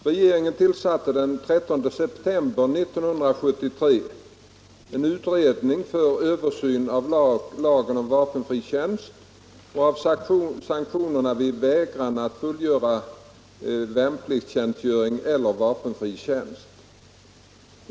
Regeringen tillsatte den 13 september 1973 en utredning för översyn av lagen om vapenfri tjänst och av sanktionerna vid vägran att fullgöra värnpliktstjänstgöring eller vapenfri tjänst.